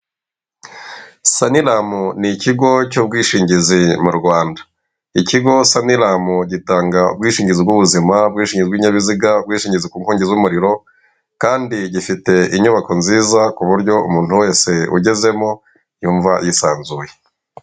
Saniramu ni ikigo cy'ubwishingizi mu Rwanda. Ikigo saniramu gitanga ubwishingizi bw'ubuzuma, ubwishingizi bw'ibinyabiziga, ubwishingzi ku nkongi z'umuriro kandi gifite inyubako nziza kuburyo umuntu wese ugezemo yumva yisanzuye